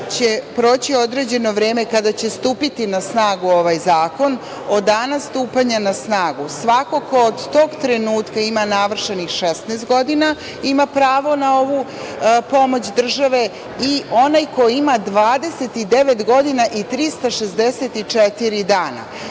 će proći određeno vreme kada će stupiti na snagu ovaj zakon, od dana stupanja na snagu svako ko od tog trenutka ima navršenih 16 godina, ima pravo na ovu pomoć države i onaj ko ima 29 godina i 364 dana.Zašto